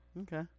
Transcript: Okay